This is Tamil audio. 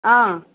ஆ